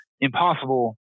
impossible